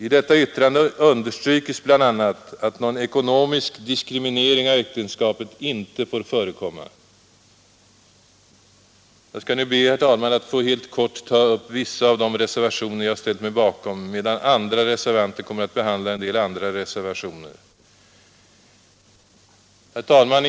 I detta yttrande understryks bl.a. att någon ekonomisk diskriminering av äktenskapet inte får förekomma. Jag skall nu be, herr talman, att helt kort få ta upp vissa av de reservationer jag ställt mig bakom, medan andra reservanter kommer att behandla en del andra reservationer där mitt namn förekommer. Herr talman!